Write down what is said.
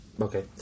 Okay